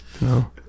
No